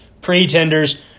Pretenders